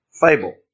Fable